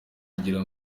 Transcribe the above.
kugira